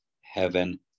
heaven